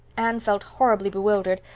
anne felt horribly bewildered,